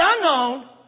unknown